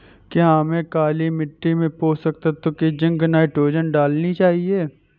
क्या हमें काली मिट्टी में पोषक तत्व की जिंक नाइट्रोजन डालनी चाहिए?